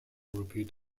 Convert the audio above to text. repeat